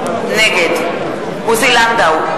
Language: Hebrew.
נגד עוזי לנדאו,